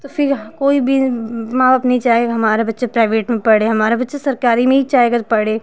तो फिर यहाँ कोई भी माँ बाप नहीं चाहेगा हमारा बच्चा प्राइवेट में पढ़े हमारा बच्चा सरकारी में ही चाहेगा जो पढ़े